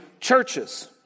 churches